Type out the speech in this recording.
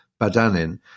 Badanin